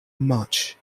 much